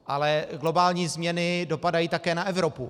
Ale globální změny dopadají také na Evropu.